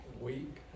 Week